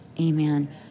amen